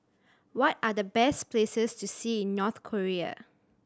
what are the best places to see in North Korea